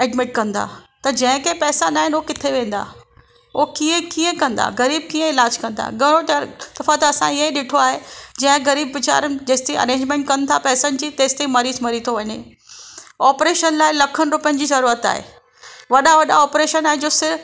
admit कंदा त जंहिंखे पैसा नाहिनि हू किथे वेंदा ऐं कीअं कीअं कंदा ग़रीबु कीअं इलाज कंदा घणो टा दफ़ा त असां इअं ई ॾिठो आहे जीअं ग़रीब वेचारनि जेसिताईं अरेंजमेंट कनि था पैसनि जी तेसिताईं मरीज़ मरी थो वञे ऑपरेशन लाइ लखनि रुपियनि जी ज़रूरत आहे वॾा ऑपरेशन आहिनि जो सिर्फ़ु